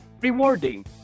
Rewarding